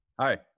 Hi